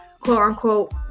quote-unquote